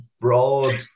broad